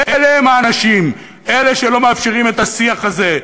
אלה הם האנשים, אלה שלא מאפשרים את השיח הזה.